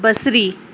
बसरी